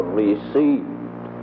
received